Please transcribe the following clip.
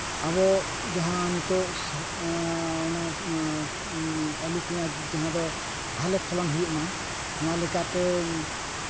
ᱟᱵᱚ ᱡᱟᱦᱟᱸ ᱱᱤᱛᱚᱜ ᱚᱱᱟ ᱟᱹᱞᱩ ᱯᱮᱸᱭᱟᱡᱽ ᱡᱟᱦᱟᱸ ᱫᱚ ᱵᱷᱟᱞᱮ ᱯᱷᱚᱞᱚᱱ ᱦᱩᱭᱩᱜ ᱢᱟ ᱱᱚᱣᱟ ᱞᱮᱠᱟᱛᱮ